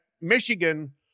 Michigan